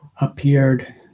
appeared